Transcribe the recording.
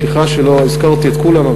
סליחה שלא הזכרתי את כולם,